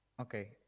Okay